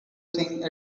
things